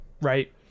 right